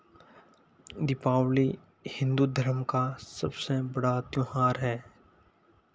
दीपावली हिन्दू धर्म का सबसे बड़ा त्योहार है